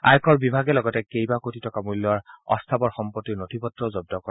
আয়কৰ বিভাগে লগতে কেইবা কোটি টকা মূল্যৰ অস্থাৱৰ সম্পত্তিৰ নথিপত্ৰও জব্দ কৰে